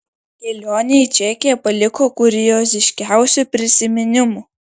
kelionė į čekiją paliko kurioziškiausių prisiminimų